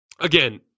Again